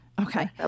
Okay